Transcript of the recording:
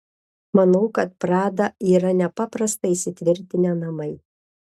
manau kad prada yra nepaprastai įsitvirtinę namai